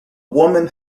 woman